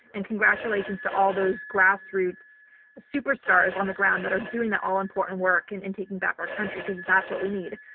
and congratulations to all those grassroots superstars on the ground that are doing that all important work and and taking back our country, because that's what we need.